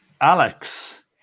alex